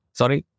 sorry